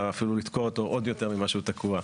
אפילו לתקוע אותו עוד יותר ממה שהוא תקוע.